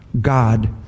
God